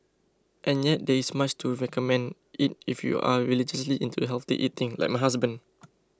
and yet there is much to recommend it if you are religiously into healthy eating like my husband